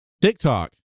TikTok